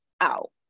out